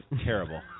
terrible